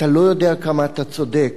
אתה לא יודע כמה אתה צודק.